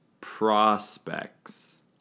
prospects